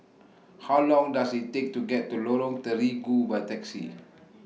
How Long Does IT Take to get to Lorong Terigu By Taxi